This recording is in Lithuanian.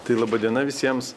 tai laba diena visiems